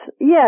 yes